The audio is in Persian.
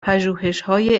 پژوهشهای